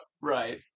right